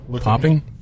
Popping